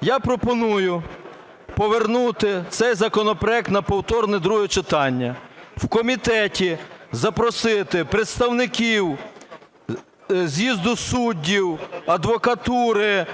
Я пропоную повернути цей законопроект на повторне друге читання. В комітеті запросити представників з'їзду суддів, адвокатури,